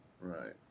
Right